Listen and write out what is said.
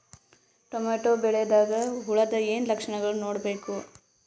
Tomato ಬೆಳಿದಾಗ್ ಹುಳದ ಏನ್ ಲಕ್ಷಣಗಳು ನೋಡ್ಬೇಕು?